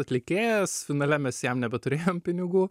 atlikėjas finale mes jam nebeturėjom pinigų